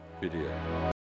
video